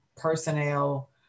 personnel